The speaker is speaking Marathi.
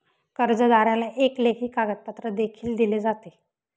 कर्जदाराला एक लेखी कागदपत्र देखील दिले जाते